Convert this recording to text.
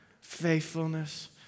faithfulness